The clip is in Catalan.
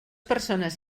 persones